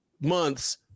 months